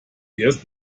erst